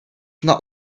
not